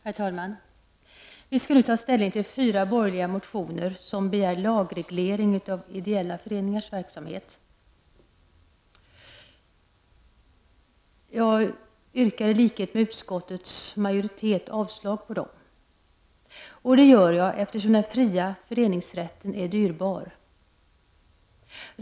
Herr talman! Vi skall nu ta ställning till fyra borgerliga motioner, som begär lagreglering av ideella föreningars verksamhet. Jag yrkar i likhet med utskottets majoritet avslag på dem, och det gör jag eftersom den fria föreningsrätten är dyrbar.